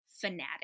fanatic